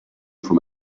from